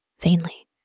Vainly